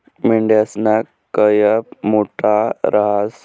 मेंढयासना कयप मोठा रहास